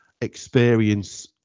experience